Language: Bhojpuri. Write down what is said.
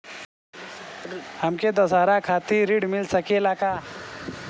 हमके दशहारा खातिर ऋण मिल सकेला का?